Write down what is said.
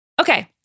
Okay